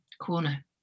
corner